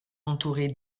entourés